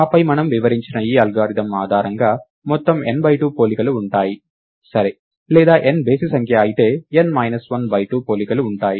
ఆపై మనం వివరించిన ఈ అల్గోరిథం ఆధారంగా మొత్తం n2 పోలికలు ఉంటాయి సరే లేదా n బేసి సంఖ్య అయితే n మైనస్ 1 బై 2 పోలికలు ఉంటాయి